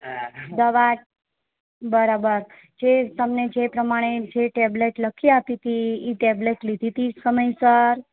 દવા બરાબર જે તમને જે પ્રમાણે જે ટેબ્લેટ લખી આપી હતી એ ટેબ્લેટ લીધી હતી સમયસર